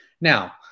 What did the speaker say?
Now